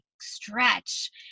stretch